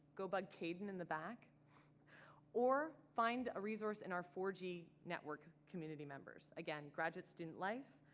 go bug caden in the back or find a resource in our four g network community members, again graduate student life,